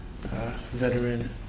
veteran